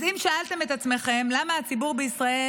אז אם שאלתם את עצמכם למה הציבור בישראל